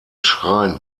schrein